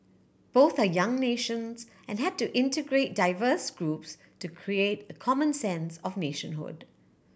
both are young nations and had to integrate diverse groups to create a common sense of nationhood